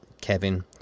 Kevin